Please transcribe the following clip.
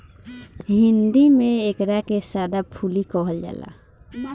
हिंदी में एकरा के सदाफुली कहल जाला